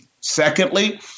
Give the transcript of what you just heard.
Secondly